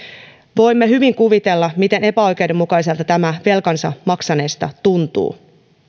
voimme hyvin kuvitella miten epäoikeudenmukaiselta tämä velkansa maksaneesta tuntuu